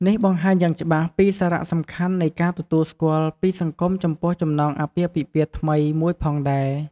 នេះបង្ហាញយ៉ាងច្បាស់ពីសារៈសំខាន់នៃការទទួលស្គាល់ពីសង្គមចំពោះចំណងអាពាហ៍ពិពាហ៍ថ្មីមួយផងដែរ។